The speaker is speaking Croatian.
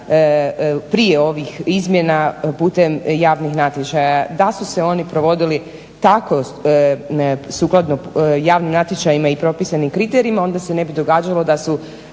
prije ovih izmjena putem javnih natječaja. Da su se oni provodili tako sukladno javnim natječajima i propisanim kriterijima onda se ne bi događalo da su